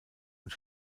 und